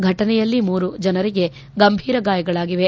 ಫಟನೆಯಲ್ಲಿ ಮೂರು ಜನರಿಗೆ ಗಂಭೀರ ಗಾಯಗಳಾಗಿದೆ